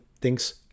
thinks